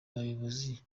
bayobozi